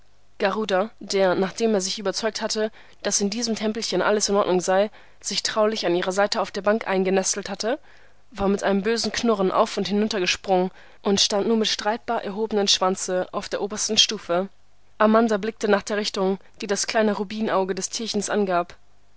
garuda der nachdem er sich überzeugt hatte daß in diesem tempelchen alles in ordnung sei sich traulich an ihrer seite auf der bank eingenestelt hatte war mit einem bösen knurren auf und hinuntergesprungen und stand nun mit streitbar erhobenem schwanze auf der obersten stufe amanda blickte nach der richtung die das kleine rubinauge des tierchens angab